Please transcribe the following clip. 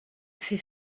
fait